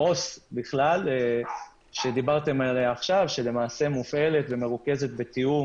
שלמעשה מופעלת ומרוכזת בתיאום